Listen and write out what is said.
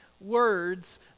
words